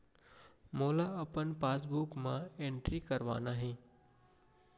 मोला अपन पासबुक म एंट्री करवाना हे?